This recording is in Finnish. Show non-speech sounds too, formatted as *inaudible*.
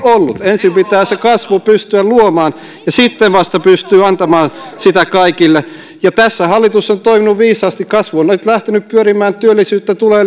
ollut ensin pitää se kasvu pystyä luomaan ja sitten vasta pystyy antamaan sitä kaikille ja tässä hallitus on toiminut viisaasti kasvu on on nyt lähtenyt pyörimään työllisyyttä tulee *unintelligible*